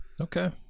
Okay